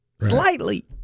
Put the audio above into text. slightly